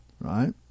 right